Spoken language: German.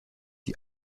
die